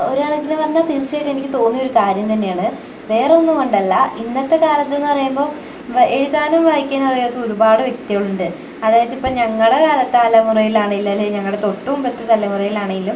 ഒരു കണക്കിന് പറഞ്ഞാൽ തീർച്ചയായിട്ടും എനിക്ക് തോന്നിയ ഒരു കാര്യം തന്നെയാണ് വേറൊന്നും കൊണ്ടല്ല ഇന്നത്തെക്കാലതെന്ന് പറയുമ്പം എഴുതാനും വായിക്കാനും അറിയാത്ത ഒരുപാട് വ്യക്തികളുണ്ട് അതായത് ഇപ്പം ഞങ്ങളുടെ കാലം തലമുറയിലാണേ ഇല്ലേൽ ഞങ്ങളുടെ തൊട്ട് മുമ്പത്തെ തലമുറയിലാണേലും